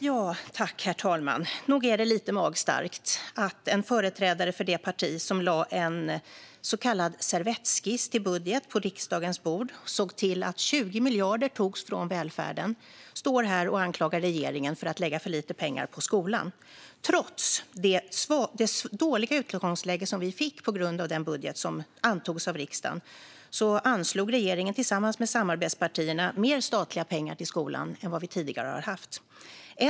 Herr talman! Nog är det lite magstarkt att en företrädare för det parti som lade en så kallad servettskiss till budget på riksdagens bord och såg till att 20 miljarder togs från välfärden står här och anklagar regeringen för att lägga för lite pengar på skolan. Trots det dåliga utgångsläge som vi fick på grund av den budget som antogs av riksdagen anslog regeringen tillsammans med samarbetspartierna mer statliga pengar till skolan än vad vi tidigare har haft.